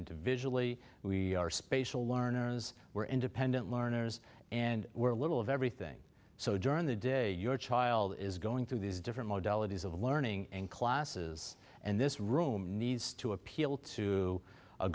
into visually we are spatial learners we're independent learners and we're a little of everything so during the day your child is going through these different modalities of learning and classes and this room needs to appeal to a